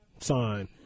sign